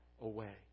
away